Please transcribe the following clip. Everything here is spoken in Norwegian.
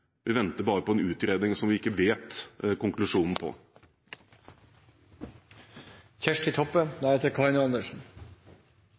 Vi venter bare på en utredning som vi ikke kjenner konklusjonen